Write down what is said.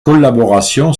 collaboration